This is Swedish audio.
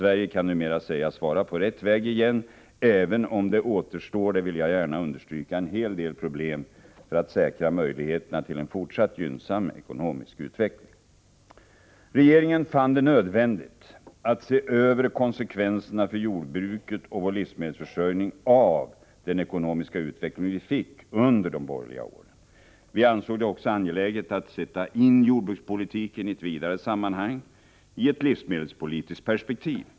Sverige kan numera sägas vara på rätt väg igen, även om det återstår — det vill jag gärna understryka — en hel del problem för att säkra möjligheterna till en fortsatt gynnsam ekonomisk utveckling. Regeringen fann det nödvändigt att se över konsekvenserna för jordbruket och vår livsmedelsförsörjning av den ekonomiska utveckling vi fick under de borgerliga åren. Vi ansåg det också angeläget att sätta in jordbrukspolitiken i ett vidare sammanhang, i ett livsmedelspolitiskt perspektiv.